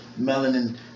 melanin